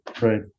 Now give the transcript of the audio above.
Right